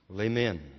Amen